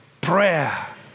prayer